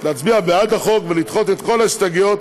להצביע בעד החוק ולדחות את כל ההסתייגויות,